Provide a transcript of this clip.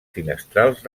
finestrals